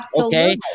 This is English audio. Okay